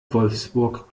wolfsburg